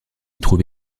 trouve